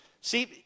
See